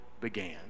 began